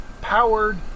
powered